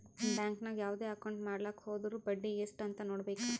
bank ನಾಗ್ ಯಾವ್ದೇ account ಮಾಡ್ಲಾಕ ಹೊದುರ್ ಬಡ್ಡಿ ಎಸ್ಟ್ ಅಂತ್ ನೊಡ್ಬೇಕ